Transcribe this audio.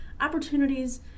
opportunities